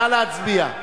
נא להצביע.